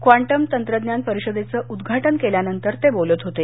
quantum तंत्रज्ञान परिषदेचं उद्घाटन केल्यानंतर ते बोलत होते